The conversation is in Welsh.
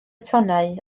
tonnau